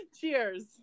Cheers